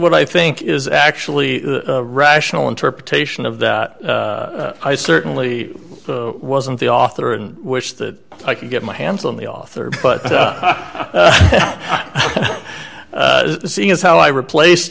what i think is actually rational interpretation of that i certainly wasn't the author and wish that i could get my hands on the author but seeing as how i replaced